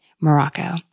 Morocco